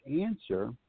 answer